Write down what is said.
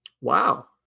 Wow